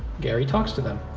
gary talks to them.